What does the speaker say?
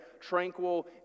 tranquil